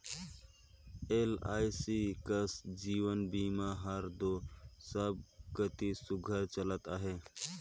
LIC कस जीवन बीमा हर दो सब कती सुग्घर चलत अहे